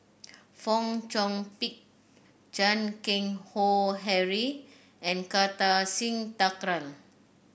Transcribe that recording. Fong Chong Pik Chan Keng Howe Harry and Kartar Singh Thakral